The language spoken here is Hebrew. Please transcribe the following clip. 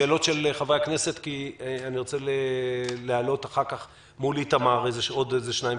שאלות של חברי כנסת כי אני רוצה להעלות עוד שניים,